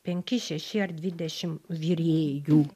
penki šeši ar dvidešim virėjų